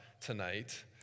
tonight